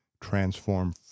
Transform